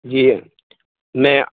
جی میں